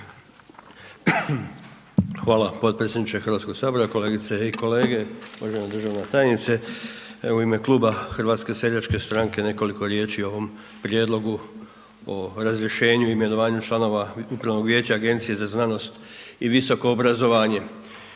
Hvala potpredsjedniče Hrvatskog sabora, kolegice i kolege, uvažena državna tajnice evo u ime Kluba HSS-a nekoliko riječi i o ovom prijedlogu o razrješenju, imenovanju članova Upravnog vijeća Agencije za znanost i visoko obrazovanje.